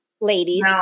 ladies